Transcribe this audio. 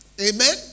Amen